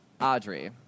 Audrey